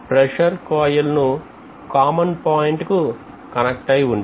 pressure coil ను common point కు connect అయి ఉంటుంది